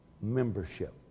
membership